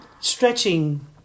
stretching